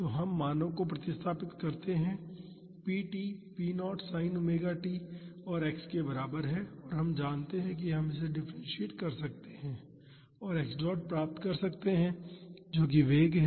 तो हम मानों को प्रतिस्थापित कर सकते हैं p t p0 sin omega t और x के बराबर है हम जानते हैं कि हम इसे डिफ्रेंसियेट कर सकते हैं और x डॉट प्राप्त कर सकते हैं जो कि वेग है